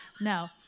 no